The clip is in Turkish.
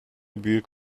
büyük